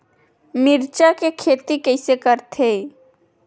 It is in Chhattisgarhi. मिरचा के खेती कइसे करथे?